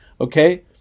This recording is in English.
Okay